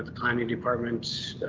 tiny department